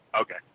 Okay